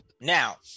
Now